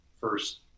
first